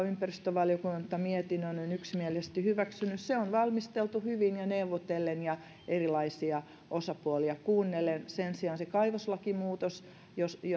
ympäristövaliokunta on yksimielisesti hyväksynyt on valmisteltu hyvin ja neuvotellen ja erilaisia osapuolia kuunnellen sen sijaan se kaivoslakimuutos josta